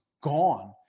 gone